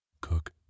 cook